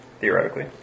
Theoretically